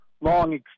long